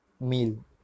meal